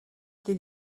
des